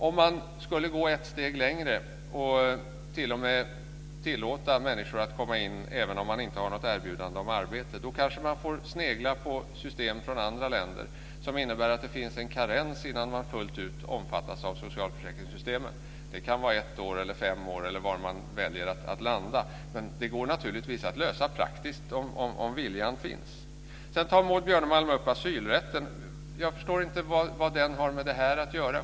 Om man skulle gå ett steg längre och t.o.m. tillåta människor att komma in även om de inte har något erbjudande om arbete kanske man får snegla på system för andra länder som innebär att det finns en karens innan de fullt ut omfattas av socialförsäkringssystemen. Det kan vara ett år, fem år eller var man väljer att landa. Det går naturligtvis att lösa praktiskt om viljan finns. Sedan tar Maud Björnemalm upp asylrätten. Jag förstår inte vad den har med det här att göra.